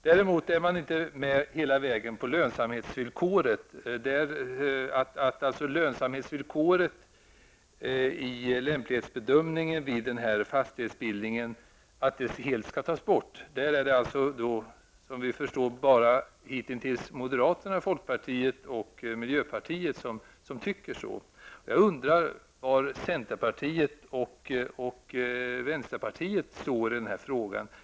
Däremot är man inte med hela vägen på att lönsamhetsvillkoret i lämplighetsbedömningen vid den här fastighetsbildningen helt skall tas bort. Hitintills är det bara moderaterna, folkpartiet och miljöpartiet som tycker så, och jag undrar var centerpartiet och vänsterpartiet står i den frågan.